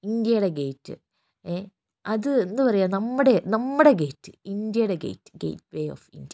ഇൻഡ്യയുടെ gate ഏഹ് അത് അതെന്താണ് പറയുക നമ്മുടെ ഗേറ്റ് ഇൻഡ്യയുടെ gate gateway of India